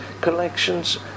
collections